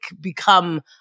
become